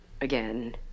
Again